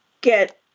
get